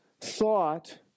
thought